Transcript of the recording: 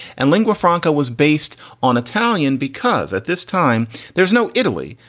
and lingua franca was based on italian because at this time there's no italy.